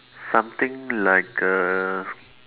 something like a